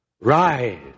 Rise